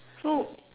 so